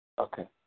Okay